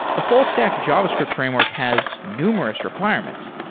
a full stack javascript framework has numerous requirements.